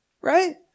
right